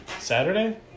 Saturday